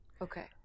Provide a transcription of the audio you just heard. Okay